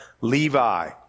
Levi